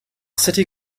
city